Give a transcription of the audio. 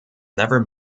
never